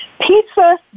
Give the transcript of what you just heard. Pizza